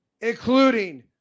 including